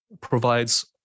provides